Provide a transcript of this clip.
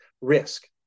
risk